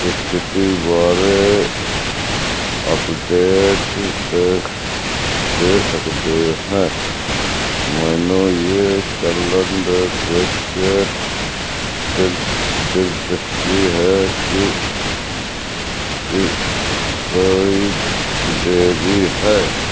ਸਥਿਤੀ ਬਾਰੇ ਅੱਪਡੇਟ ਦੇ ਦੇ ਸਕਦੇ ਹੈਂ ਮੈਨੂੰ ਇਹ ਚੱਲਣ ਦੇ ਵਿੱਚ ਦਿਲ ਦਿਲਚਸਪੀ ਹੈ ਕਿ ਕੀ ਕੋਈ ਦੇਰੀ ਹੈ